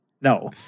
No